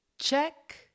check